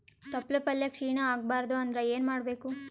ತೊಪ್ಲಪಲ್ಯ ಕ್ಷೀಣ ಆಗಬಾರದು ಅಂದ್ರ ಏನ ಮಾಡಬೇಕು?